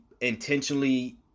intentionally